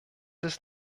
ist